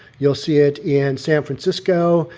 you'll see it in san francisco.